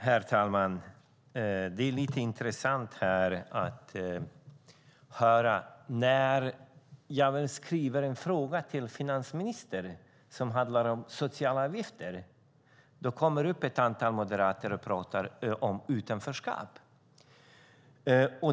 Herr talman! Det är intressant att när jag skriver en interpellation till finansministern som handlar om sociala avgifter kommer det upp ett antal moderater som pratar om utanförskap.